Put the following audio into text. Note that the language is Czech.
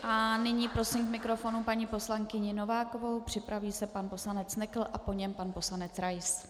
A nyní prosím k mikrofonu paní poslankyni Novákovou, připraví se pan poslanec Nekl a po něm pan poslanec Rais.